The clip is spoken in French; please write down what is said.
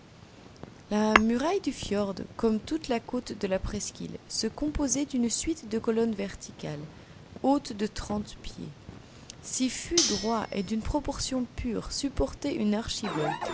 la muraille du fjrd comme toute la côte de la presqu'île se composait d'une suite de colonnes verticales hautes de trente pieds ces fûts droits et d'une proportion pure supportaient une archivolte